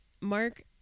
Mark